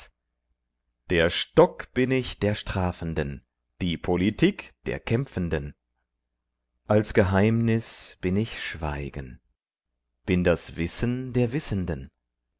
der stock bin ich der strafenden die politik der kämpfenden als geheimnis bin ich schweigen bin das wissen der wissenden